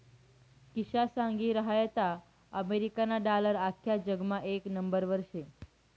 किशा सांगी रहायंता अमेरिकाना डालर आख्खा जगमा येक नंबरवर शे